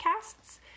casts